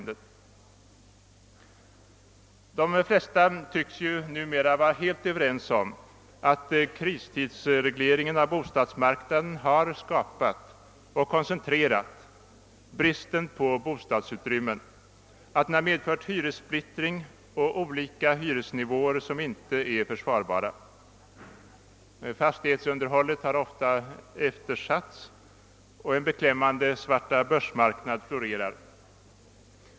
De flesta tycks numera vara helt överens om att kristidsregleringen av bostadsmarknaden har skapat och koncentrerat bristen på bostadsutrymmen, att den medfört hyressplittring och olika hyresnivåer som inte är försvarbara. Fastighetsunderhållet har ofta eftersatts, och en beklämmande svartabörsmarknad florerar.